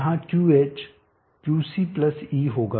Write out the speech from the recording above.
यहां QH Qc E होगा